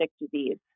disease